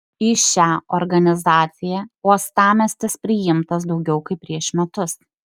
į šią organizaciją uostamiestis priimtas daugiau kaip prieš metus